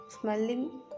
smelling